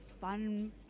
fun